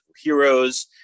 heroes